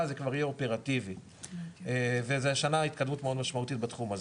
זה כבר יהיה אופרטיבי והשנה יש התקדמות מאוד משמעותית בתחום הזה.